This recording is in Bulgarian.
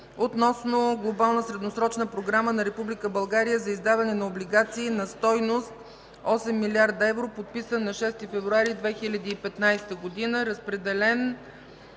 относно Глобална средносрочна програма на Република България за издаване на облигации на стойност 8 млрд. евро, подписан на 6 февруари 2015 г.